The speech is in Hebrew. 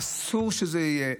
אסור שזה יהיה.